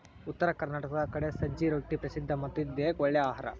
ಉತ್ತರ ಕರ್ನಾಟಕದ ಕಡೆ ಸಜ್ಜೆ ರೊಟ್ಟಿ ಪ್ರಸಿದ್ಧ ಮತ್ತ ಇದು ದೇಹಕ್ಕ ಒಳ್ಳೇ ಅಹಾರಾ